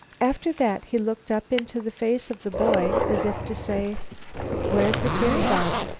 after that he looked up into the face of the boy, as if to say where's the trail gone?